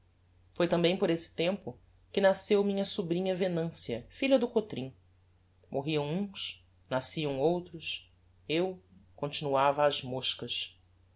foi tambem per esse tempo que nasceu minha sobrinha venancia filha do cotrim morriam uns nasciam outros eu continuava ás moscas